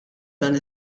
dan